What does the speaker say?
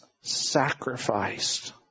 sacrificed